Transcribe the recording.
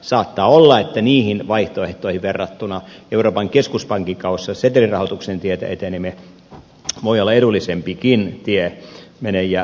saattaa olla että niihin vaihtoehtoihin verrattuna euroopan keskuspankin kautta setelirahoituksen tietä eteneminen voi olla edullisempikin tie mene ja tiedä